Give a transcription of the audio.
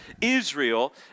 Israel